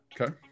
okay